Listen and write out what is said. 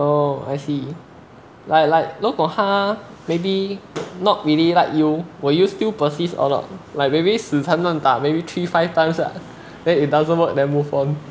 oh I see I like like 如果她 maybe not really like you will you still persists or not like maybe 死缠烂打 maybe three five times lah then if doesn't work then move on